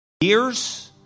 years